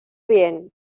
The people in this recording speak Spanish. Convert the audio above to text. bien